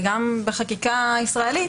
וגם בחקיקה ישראל,